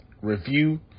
review